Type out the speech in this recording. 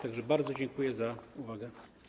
Tak że bardzo dziękuję za uwagę.